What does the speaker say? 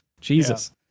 Jesus